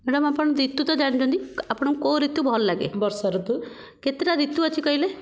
madam ଆପଣ ଋତୁ ତ ଜାଣିଛନ୍ତି ଆପଣଙ୍କୁ କେଉଁ ଋତୁ ଭଲ ଲାଗେ ବର୍ଷା ଋତୁ କେତେଟା ଋତୁ ଅଛି କହିଲେ